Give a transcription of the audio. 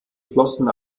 flossen